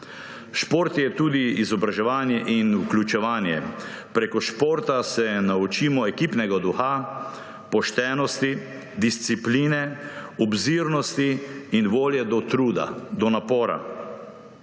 Šport je tudi izobraževanje in vključevanje. Prek športa se naučimo ekipnega duha, poštenosti, discipline, obzirnosti in volje do truda, do napora.